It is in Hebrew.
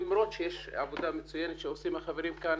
למרות שיש עבודה מצוינת שעושים החברים כאן